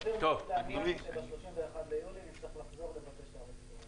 סביר מאוד להניח שב-31 ביולי נצטרך לחזור לבקש הארכה.